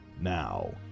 Now